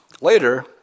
Later